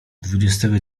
dwudziestego